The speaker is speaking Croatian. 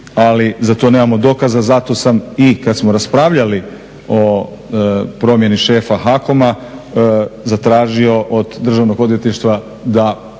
ali za to nemamo dokaza. Zato sam i kada smo raspravljali o promjeni šefa HAKOM-a zatražio od državnog odvjetništva da